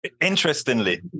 Interestingly